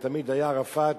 וערפאת